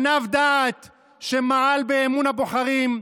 גנב דעת שמעל באמון הבוחרים,